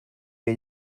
que